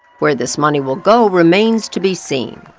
where this money will go remains to be seen.